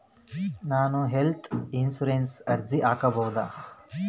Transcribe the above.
ನಾನು ಹೆಲ್ತ್ ಇನ್ಶೂರೆನ್ಸಿಗೆ ಅರ್ಜಿ ಹಾಕಬಹುದಾ?